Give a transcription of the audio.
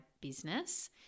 business